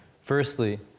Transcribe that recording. Firstly